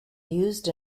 used